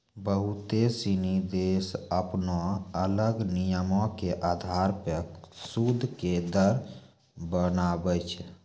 बहुते सिनी देश अपनो अलग नियमो के अधार पे सूद के दर बनाबै छै